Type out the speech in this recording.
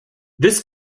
this